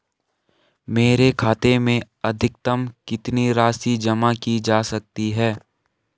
मेरे खाते में अधिकतम कितनी राशि जमा की जा सकती है?